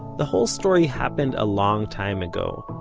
the whole story happened a long time ago,